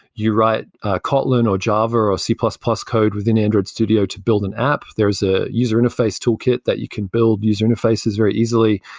you write kotlin, or java, or c plus plus code within android studio to build an app. there's a user interface toolkit that you can build user interfaces very easily.